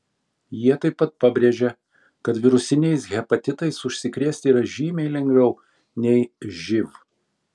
jie taip pat pabrėžė kad virusiniais hepatitais užsikrėsti yra žymiai lengviau nei živ